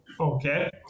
Okay